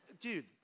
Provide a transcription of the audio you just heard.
dude